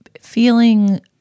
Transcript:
feeling